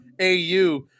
AU